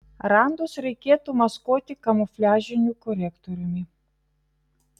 randus reikėtų maskuoti kamufliažiniu korektoriumi